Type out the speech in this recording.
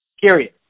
period